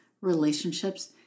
relationships